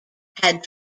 had